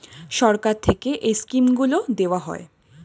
সরকার থেকে এই স্কিমগুলো দেওয়া হয়